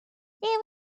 they